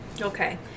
okay